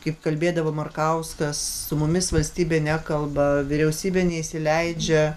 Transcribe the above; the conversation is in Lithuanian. kaip kalbėdavo markauskas su mumis valstybė nekalba vyriausybė neįsileidžia